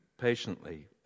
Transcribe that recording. patiently